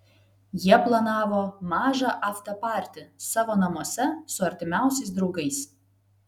jie planavo mažą aftepartį savo namuose su artimiausiais draugais